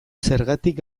zergatik